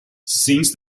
since